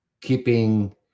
keeping